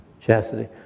Chastity